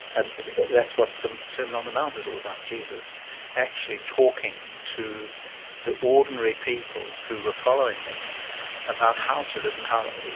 and that's what the sermon on the mount is all about jesus actually talking to the ordinary people who were following him about how to live and how,